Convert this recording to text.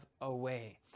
away